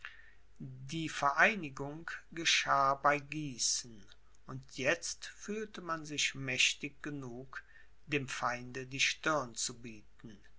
die vereinigung geschah bei gießen und jetzt fühlte man sich mächtig genug dem feinde die stirn zu bieten